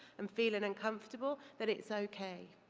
and feeling uncomfortable, that it's okay.